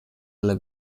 alla